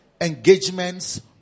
engagements